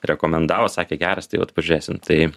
rekomendavo sakė geras tai vat pažiūrėsim tai